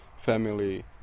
family